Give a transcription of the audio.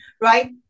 right